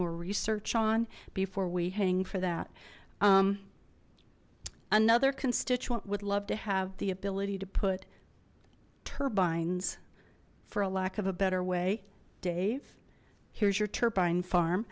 more research on before we hang for that another constituent would love to have the ability to put turbines for a lack of a better way dave here's your turbine farm